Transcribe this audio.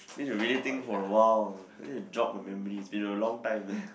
need to really think for a while need to jog of memories been a long time